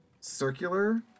circular